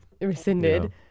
Rescinded